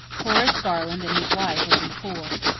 horace garland and his wife had been poor.